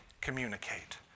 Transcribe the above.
communicate